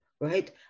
right